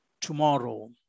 tomorrow